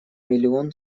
миллион